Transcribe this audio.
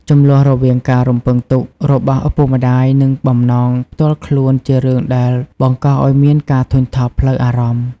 ជម្លោះរវាងការរំពឹងទុករបស់ឪពុកម្ដាយ និងបំណងផ្ទាល់ខ្លួនជារឿងដែលបង្កឱ្យមានការធុញថប់ផ្លូវអារម្មណ៍។